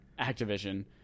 Activision